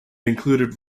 included